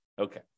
Okay